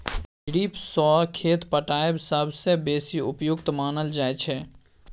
drip सँ खेत पटाएब सबसँ बेसी उपयुक्त मानल जाइ छै